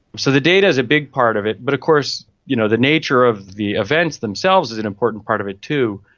so the data is a big part of it, but of course you know the nature of the events themselves is an important part of it too.